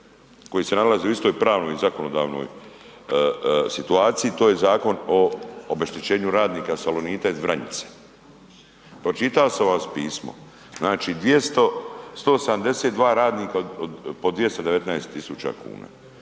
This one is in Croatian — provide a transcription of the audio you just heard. koji se nalazi u istoj pravnoj zakonodavnoj situaciji, to je Zakon o obeštećenju radnika Salonita iz Vranjica. Pročitao sam vam pismo, znači 200, 172 radnika po 219.000,00 kn,